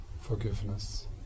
forgiveness